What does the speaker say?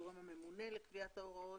הגורם הממונה לקביעת השירות הוא